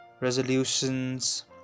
resolutions